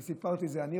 אני סיפרתי את זה,